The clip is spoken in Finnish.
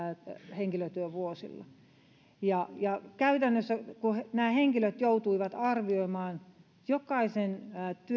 henkilötyövuosilla ja ja käytännössä kun nämä henkilöt joutuivat arvioimaan jokaisen